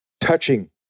touching